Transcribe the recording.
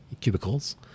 cubicles